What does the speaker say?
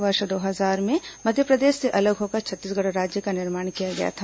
वर्ष दो हजार में मध्यप्रदेश से अलग होकर छत्तीसगढ़ राज्य का निर्माण किया गया था